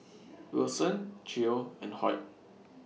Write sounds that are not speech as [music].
[noise] Wilson Geo and Hoyt